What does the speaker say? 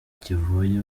kivuye